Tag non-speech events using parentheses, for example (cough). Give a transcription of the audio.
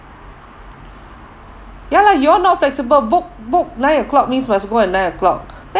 ya lah you all not flexible book book nine o'clock means must go at nine o'clock (breath)